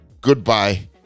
goodbye